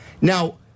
Now